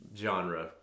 genre